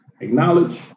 Acknowledge